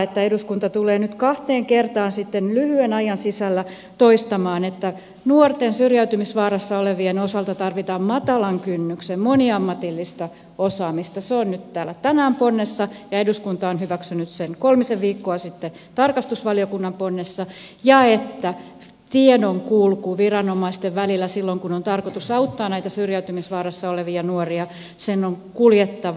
joten eduskunta tulee nyt kahteen kertaan sitten lyhyen ajan sisällä toistamaan että nuorten syrjäytymisvaarassa olevien osalta tarvitaan matalan kynnyksen moniammatillista osaamista se on nyt täällä tänään ponnessa ja eduskunta on hyväksynyt sen kolmisen viikkoa sitten tarkastusvaliokunnan ponnessa ja että tiedonkulun viranomaisten välillä silloin kun on tarkoitus auttaa näitä syrjäytymisvaarassa olevia nuoria on kuljettava